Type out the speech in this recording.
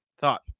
Thought